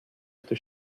kto